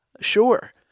Sure